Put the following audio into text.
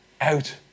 out